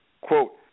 Quote